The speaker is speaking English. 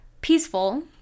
peaceful